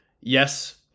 Yes